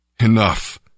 Enough